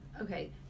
Okay